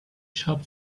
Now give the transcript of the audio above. shop